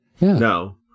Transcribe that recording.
No